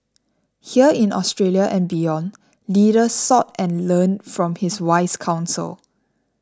here in Australia and beyond leaders sought and learned from his wise counsel